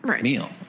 meal